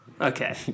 Okay